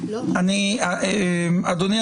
אדוני,